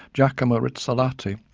giacomo rizzolatti,